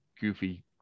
goofy